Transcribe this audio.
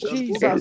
Jesus